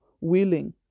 Willing